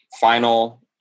final